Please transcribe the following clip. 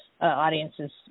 audiences